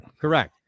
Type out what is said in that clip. Correct